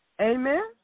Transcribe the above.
Amen